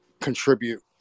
contribute